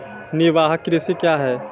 निवाहक कृषि क्या हैं?